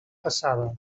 passada